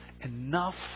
enough